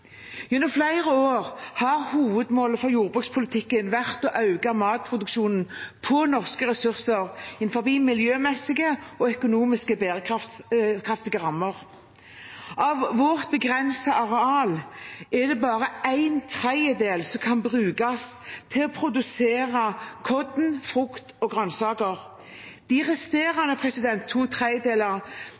Gjennom flere år har hovedmålet for jordbrukspolitikken vært å øke matproduksjonen på norske ressurser innenfor miljømessig og økonomisk bærekraftige rammer. Av vårt begrensede areal er det bare en tredjedel som kan brukes til å produsere korn, frukt og grønnsaker. De resterende to tredjedeler